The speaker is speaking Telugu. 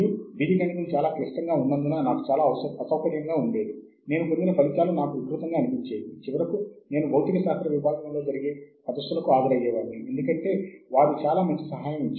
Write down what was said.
మరియు మనము ఒక పుస్తకాన్ని సూచించదలిచినప్పుడల్లా దానిని గమనించడం చాలా ముఖ్యం